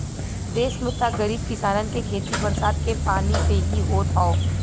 देस में त गरीब किसानन के खेती बरसात के पानी से ही होत हौ